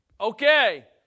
okay